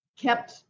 kept